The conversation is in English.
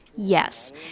Yes